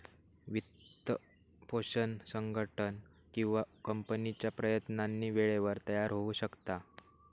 वित्तपोषण संघटन किंवा कंपनीच्या प्रयत्नांनी वेळेवर तयार होऊ शकता